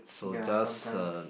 ya sometimes